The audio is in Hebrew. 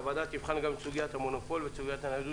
הוועדה גם תבחן את סוגית המונופול ואת סוגית הניידות